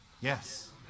Yes